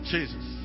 Jesus